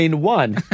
one